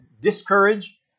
discourage